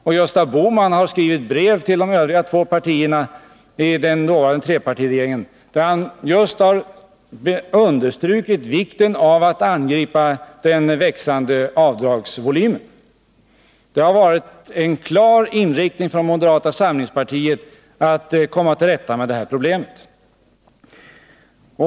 Och Gösta Bohman har skrivit brev till de övriga två partierna i den dåvarande trepartiregeringen, där han just understrukit vikten av att angripa den växande avdragsvolymen. Det har varit en klar inriktning från moderata samlingspartiet att komma till rätta med det här problemet.